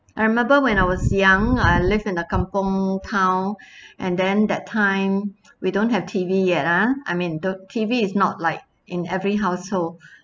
I remember when I was young I live in the kampung town and then that time we don't have T_V yet ah I mean the T_V is not like in every household